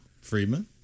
friedman